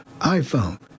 iPhone